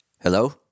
Hello